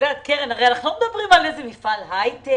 לא מדברים על מפעל היי-טק.